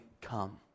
come